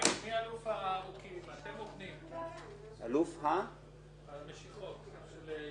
אם כתוב על המסמך סודי, הוא סודי.